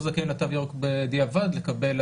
מי שזכאי לתו ירוק בדיעבד לקבל,